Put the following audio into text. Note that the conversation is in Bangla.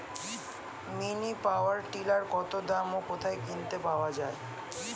মিনি পাওয়ার টিলার কত দাম ও কোথায় কিনতে পাওয়া যায়?